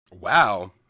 Wow